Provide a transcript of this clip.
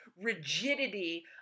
rigidity